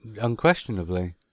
unquestionably